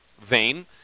vein